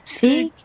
big